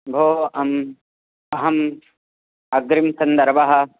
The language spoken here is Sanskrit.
भो अहम् अहम् अग्रिमसन्दर्भे